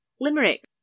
Limerick